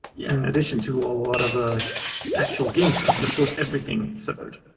in addition to a lot of the actual game stuff. and of course, everything suffered.